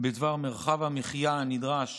בדבר מרחב המחיה הנדרש